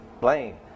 blame